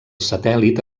satèl·lit